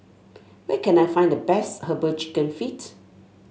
where can I find the best herbal chicken feet